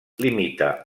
limita